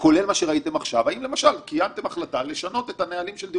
על בעיה בהתנהלות מסוימת של עובד